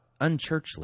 unchurchly